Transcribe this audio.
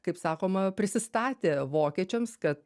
kaip sakoma prisistatė vokiečiams kad